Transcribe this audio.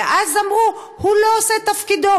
ואז אמרו: הוא לא עושה את תפקידו,